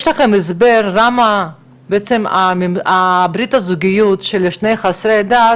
יש לכם הסבר למה ברית הזוגיות של שני חסרי דת,